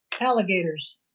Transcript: Alligators